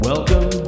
Welcome